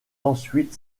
ensuite